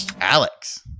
Alex